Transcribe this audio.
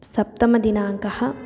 सप्तमदिनाङ्कः